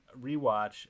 rewatch